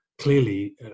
clearly